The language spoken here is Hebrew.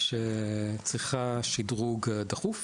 שצריכה שדרוג דחוף,